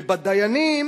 ובדיינים